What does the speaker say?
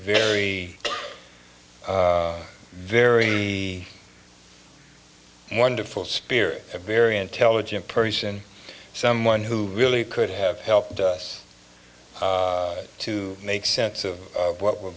very very wonderful spirit a very intelligent person someone who really could have helped us to make sense of what we're